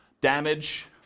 damage